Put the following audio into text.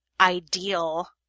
ideal